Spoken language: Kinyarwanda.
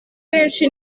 benshi